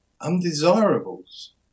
undesirables